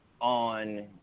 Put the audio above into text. on